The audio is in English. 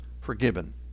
forgiven